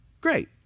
great